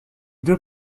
deux